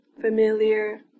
familiar